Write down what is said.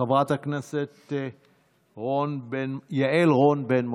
חברת הכנסת יעל רון בן משה.